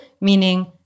meaning